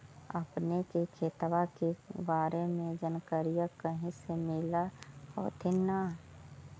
अपने के खेतबा के बारे मे जनकरीया कही से मिल होथिं न?